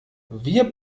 wir